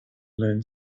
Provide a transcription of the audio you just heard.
learn